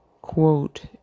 quote